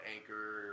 Anchor